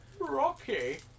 Rocky